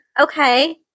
okay